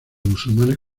musulmanes